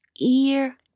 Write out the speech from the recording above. ear